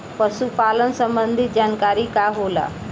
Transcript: पशु पालन संबंधी जानकारी का होला?